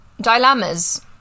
dilemmas